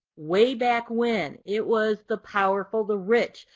way back when it was the powerful, the rich,